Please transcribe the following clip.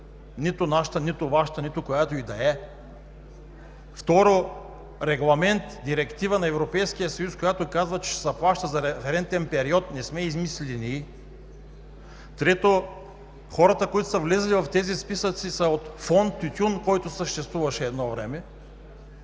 нито нашата, нито Вашата, нито която и да е. Второ, регламентът, Директивата на Европейския съюз, която казва, че ще се плаща за референтен период, не сме я измислили ние. Трето, хората, които са влезли в тези списъци, са от Фонд „Тютюн“, който съществуваше едно време,